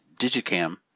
Digicam